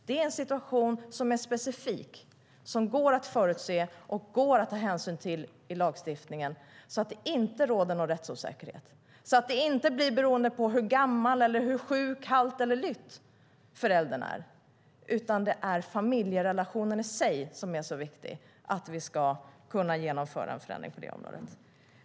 Det är en situation som är specifik, som går att förutse och som det går att ta hänsyn till i lagstiftningen så att det inte råder någon rättsosäkerhet och så att det inte blir beroende på hur gammal eller hur sjuk, halt eller lytt föräldern är. Det är i stället familjerelationen i sig som är så viktig att vi ska kunna genomföra en förändring på området.